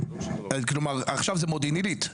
כלומר עכשיו זה מודיעין עלית,